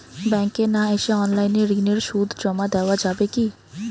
ব্যাংকে না এসে অনলাইনে ঋণের সুদ জমা দেওয়া যাবে কি?